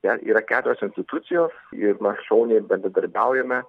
ten yra keturios institucijos ir mes šauniai bendradarbiaujame